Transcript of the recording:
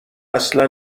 اصلا